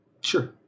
Sure